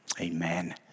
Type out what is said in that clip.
Amen